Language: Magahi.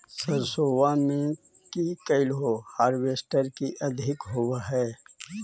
सरसोबा मे की कैलो हारबेसटर की अधिक होब है?